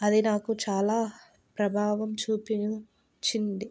అది నాకు చాలా ప్రభావం చూపించింది